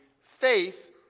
faith